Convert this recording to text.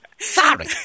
Sorry